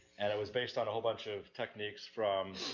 and it was based on a whole bunch of techniques from